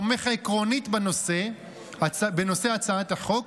תומך עקרונית בנושא הצעת החוק,